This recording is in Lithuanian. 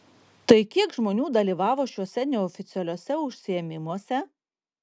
tai kiek žmonių dalyvavo šiuose neoficialiuose užsiėmimuose